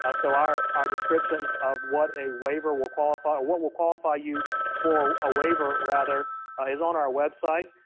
ah so our our descriptions of what a waiver will qualify, what will qualify you for a waiver rather is on our website.